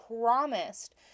promised